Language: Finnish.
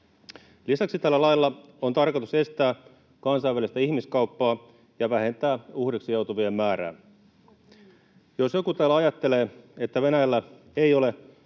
Lisäksi tällä lailla on tarkoitus estää kansainvälistä ihmiskauppaa ja vähentää uhriksi joutuvien määrää. Jos joku täällä ajattelee, että Venäjällä ei ole